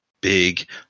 big